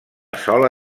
sola